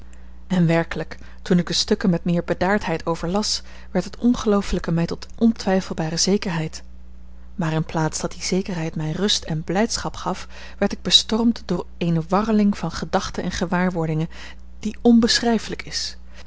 en werkelijk toen ik de stukken met meer bedaardheid overlas werd het ongeloofelijke mij tot ontwijfelbare zekerheid maar in plaats dat die zekerheid mij rust en blijdschap gaf werd ik bestormd door eene warreling van gedachten en gewaarwordingen die onbeschrijfelijk is